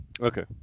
Okay